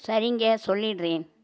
சரிங்க சொல்லிடுறேன்